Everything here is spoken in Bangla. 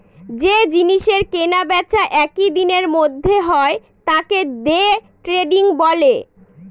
যে জিনিসের কেনা বেচা একই দিনের মধ্যে হয় তাকে দে ট্রেডিং বলে